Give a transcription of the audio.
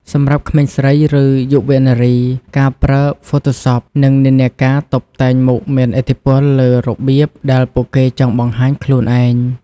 សម្រាប់ក្មេងស្រី ឬ យុវនារី ការប្រើ Photoshop និងនិន្នាការតុបតែងមុខមានឥទ្ធិពលលើរបៀបដែលពួកគេចង់បង្ហាញខ្លួនឯង។